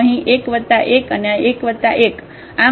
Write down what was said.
તો અહીં 1 વત્તા 1 અને આ 1 વત્તા 1